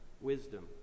wisdom